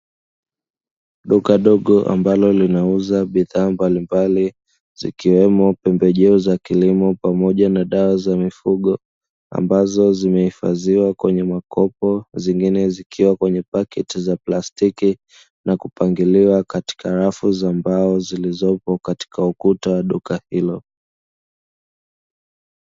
Duka dogo ambalo linauza bidhaa mbalimbali zikiwemo pembejeo za kilimo pamoja na dawa za mifugo ambazo zimehifadhiwa kwenye makopo zingine zikiwa kwenye paketi za plastiki na kupangiliwa katika rafu za mbao zilizopo katika ukuta wa duka hilo.